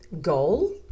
goal